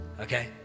okay